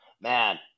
man